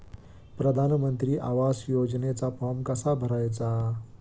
प्रधानमंत्री आवास योजनेचा फॉर्म कसा भरायचा?